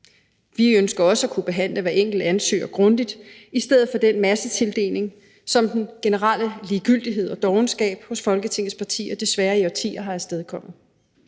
Vi ønsker også at kunne behandle hver enkelt ansøger grundigt i stedet for den massetildeling, som den generelle ligegyldighed og dovenskab hos Folketingets partier desværre i årtier har afstedkommet.